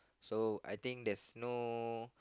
so I think there's no